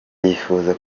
yifuza